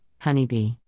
honeybee